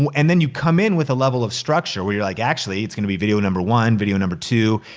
and then you come in with a level of structure, where you're like, actually, it's gonna be video number one, video number two.